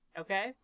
Okay